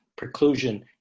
preclusion